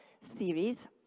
series